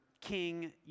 King